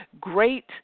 great